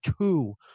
two